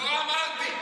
לא אמרתי.